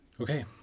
Okay